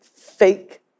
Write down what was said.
fake